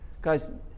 Guys